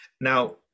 Now